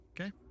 Okay